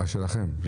אה, שלכם.